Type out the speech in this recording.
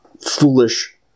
foolish